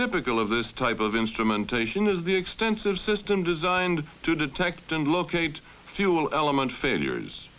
typical of this type of instrumentation is the extensive system designed to detect and locate the fuel element failures